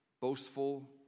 boastful